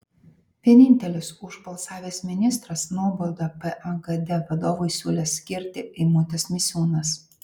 vienintelis už balsavęs ministras nuobaudą pagd vadovui siūlęs skirti eimutis misiūnas